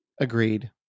Agreed